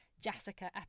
jessica